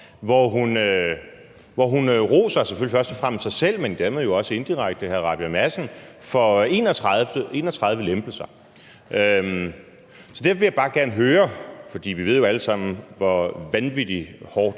hvor hun selvfølgelig først og fremmest roser sig selv, men dermed jo også indirekte hr. Christian Rabjerg Madsen, for 31 lempelser. Derfor vil jeg bare gerne høre, for vi ved jo alle sammen, hvor vanvittig hårdt